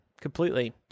completely